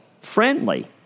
friendly